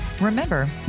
Remember